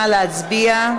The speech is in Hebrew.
נא להצביע.